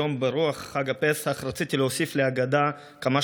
היום ברוח חג הפסח רציתי להוסיף להגדה כמה